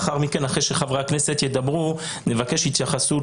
אחרי שחברי הכנסת ידברו נבקש התייחסות